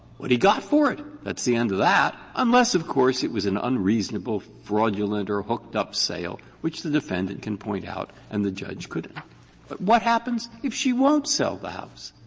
what he got for it? that's the end of that. unless, of course, it was an unreasonable, fraudulent, or hooked-up sale, which the defendant can point out, and the judge could but what happens if she won't sell the house?